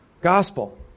gospel